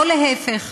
או להפך.